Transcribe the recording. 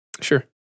Sure